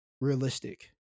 realistic